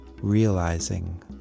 realizing